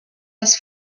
was